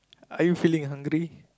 are you feeling hungry